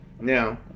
now